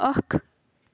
اکھ